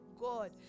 God